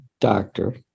doctor